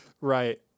Right